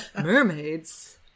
Mermaids